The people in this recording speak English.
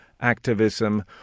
activism